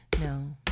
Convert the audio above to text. No